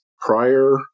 prior